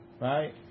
right